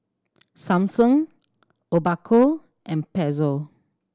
Samsung Obaku and Pezzo